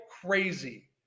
crazy